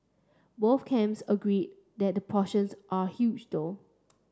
both camps agree that portions are huge though